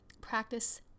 practice